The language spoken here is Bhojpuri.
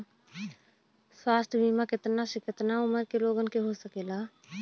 स्वास्थ्य बीमा कितना से कितना उमर के लोगन के हो सकेला?